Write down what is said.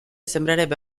sembrerebbe